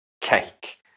cake